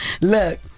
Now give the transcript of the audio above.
Look